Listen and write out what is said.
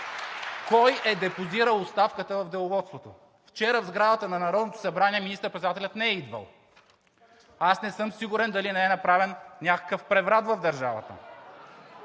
кой е депозирал оставката в Деловодството. Вчера в сградата на Народното събрание министър-председателят не е идвал. Не съм сигурен дали не е направен някакъв преврат в държавата.